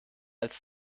als